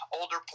older